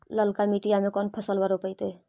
ललका मटीया मे कोन फलबा रोपयतय?